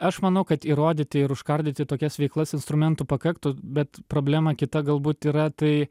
aš manau kad įrodyti ir užkardyti tokias veiklas instrumentų pakaktų bet problema kita galbūt yra tai